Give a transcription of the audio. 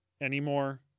anymore